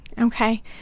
Okay